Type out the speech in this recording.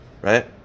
Right